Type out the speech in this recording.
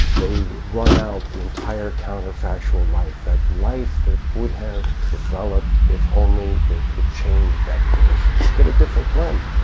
they run out the entire counterfactual life, that life that would have developed if only they could have changed that condition, they'd get a different blend.